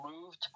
moved